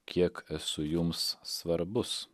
kiek esu jums svarbus